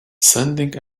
sending